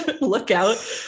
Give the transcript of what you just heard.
lookout